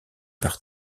par